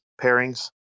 pairings